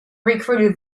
recruited